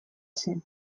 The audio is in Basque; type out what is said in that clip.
zen